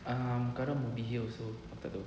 um karim be here also aku tak tahu